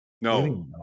No